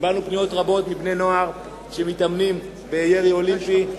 קיבלנו פניות רבות מבני נוער שמתאמנים בירי אולימפי,